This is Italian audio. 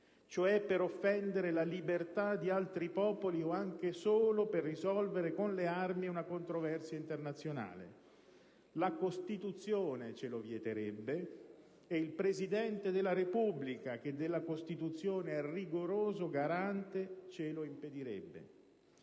cioè per offendere la libertà di altri popoli o anche solo per risolvere con le armi una controversia internazionale: la Costituzione ce lo vieterebbe e il Presidente della Repubblica, che della Costituzione è rigoroso garante, ce lo impedirebbe.